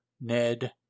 Ned